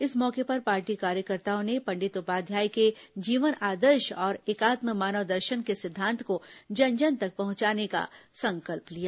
इस मौके पर पार्टी कार्यकर्ताओं ने पंडित उपाध्याय के जीवन आदर्श और एकात्म मानव दर्शन के सिद्धांत को जन जन तक पहुंचाने का संकल्प लिया